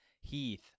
Heath